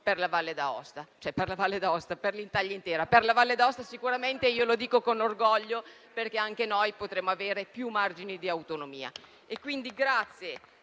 per la Valle d'Aosta e per l'Italia intera (per la Valle d'Aosta lo sarà sicuramente e lo dico con orgoglio, perché anche noi potremo avere più margini di autonomia).